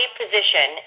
position